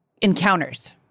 encounters